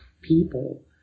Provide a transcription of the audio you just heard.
people